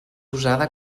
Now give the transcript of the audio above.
usada